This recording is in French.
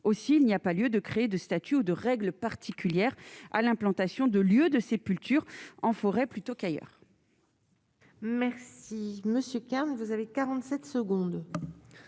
aussi, il n'y a pas lieu de créer de statut de règles particulières à l'implantation de lieux de sépulture en forêt, plutôt qu'ailleurs. Merci. Si Monsieur K, mais vous avez 47 secondes.